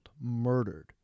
murdered